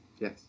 Yes